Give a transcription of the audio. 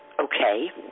okay